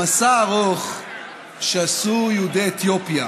המסע הארוך שעשו הנה יהודי אתיופיה